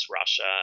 Russia